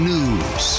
News